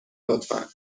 لطفا